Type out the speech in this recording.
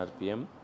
RPM